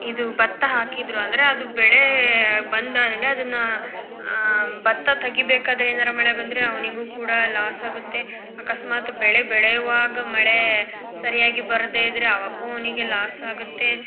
ಇದು ಭತ್ತ ಹಾಕಿದರು ಅಂದರೆ ಅದು ಬೆಳೆ ಬಂದಾಗಿಂದ ಅದನ್ನು ಭತ್ತ ತೆಗೀಬೇಕಾದರೆ ಏನಾರು ಮಳೆ ಬಂದರೆ ಅವನಿಗೂ ಕೂಡ ಲಾಸ್ ಆಗುತ್ತೆ ಅಕಸ್ಮಾತ್ ಬೆಳೆ ಬೆಳೆಯುವಾಗ ಮಳೆ ಸರಿಯಾಗಿ ಬರದೇ ಇದ್ದರೆ ಆವಾಗೂ ಅವನಿಗೆ ಲಾಸ್ ಆಗುತ್ತೆ